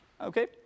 Okay